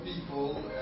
people